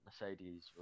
Mercedes